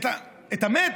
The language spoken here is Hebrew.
את המת?